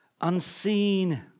Unseen